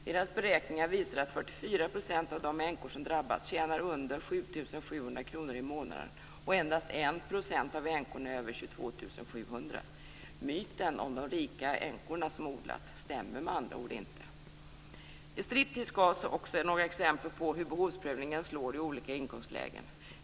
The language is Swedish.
Deras beräkningar visar att 44 % av de änkor som drabbas tjänar under 22 700 kr. Myten om de rika änkorna som odlats stämmer med andra ord inte. I Striptease gavs också några exempel på hur behovsprövningen slår i olika inkomstlägen.